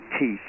teeth